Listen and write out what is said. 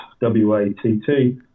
W-A-T-T